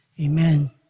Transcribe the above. Amen